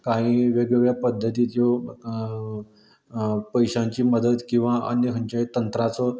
काहीं वेगवेगळ्या पध्दती ज्यो पयश्यांची मदत किंवां आनी अन्य खंयच्या तंत्रांचो